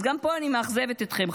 אז גם פה אני מאכזבת אתכם,